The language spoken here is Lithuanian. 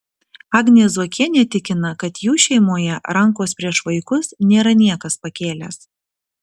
agnė zuokienė tikina kad jų šeimoje rankos prieš vaikus nėra niekas pakėlęs